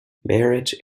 marriage